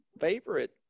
favorite